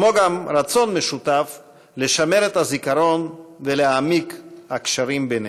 כמו גם רצון משותף לשמר את הזיכרון ולהעמיק את הקשרים ביניהן.